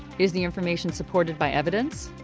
is the information supported by evidence?